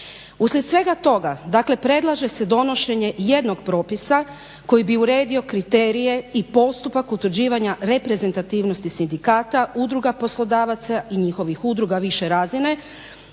Uslijed svega toga, dakle predlaže se donošenje jednog propisa koji bi uredio kriterije i postupak utvrđivanja reprezentativnosti sindikata, udruga poslodavaca i njihovih udruga više razine